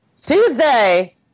Tuesday